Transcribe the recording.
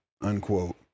unquote